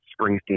Springsteen